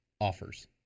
offers